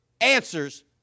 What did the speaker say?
answers